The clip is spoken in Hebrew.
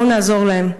בואו נעזור להם.